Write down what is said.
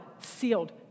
sealed